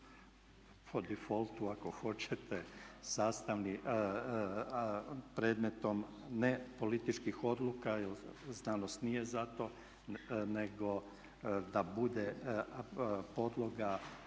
po difoltu ako hoćete sastavni, predmetom nepolitičkih odluka jer znanost nije za to, nego da bude podloga